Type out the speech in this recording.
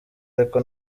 ariko